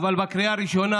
אבל בקריאה הראשונה,